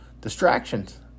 distractions